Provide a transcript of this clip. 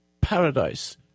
paradise